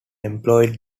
employed